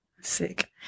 Sick